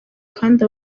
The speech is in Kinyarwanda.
kandi